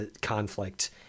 conflict